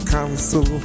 Council